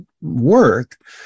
work